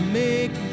make